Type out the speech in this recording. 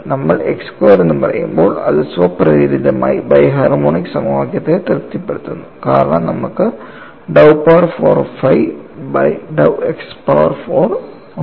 നമ്മൾ x square എന്ന് പറയുമ്പോൾ അത് സ്വപ്രേരിതമായി ബൈ ഹാർമോണിക് സമവാക്യത്തെ തൃപ്തിപ്പെടുത്തുന്നു കാരണം നമുക്ക് dou power 4 phi by dou x power 4 ഉം ഉണ്ട്